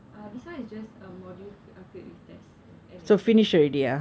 uh this [one] is just module filled with test and exam